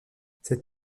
cette